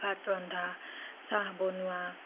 ভাত ৰন্ধা চাহ বনোৱা